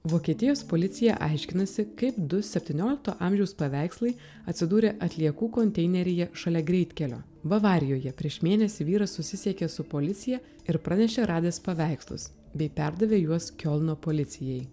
vokietijos policija aiškinasi kaip du septyniolikto amžiaus paveikslai atsidūrė atliekų konteineryje šalia greitkelio bavarijoje prieš mėnesį vyras susisiekė su policija ir pranešė radęs paveikslus bei perdavė juos kiolno policijai